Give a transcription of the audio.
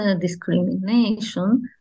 discrimination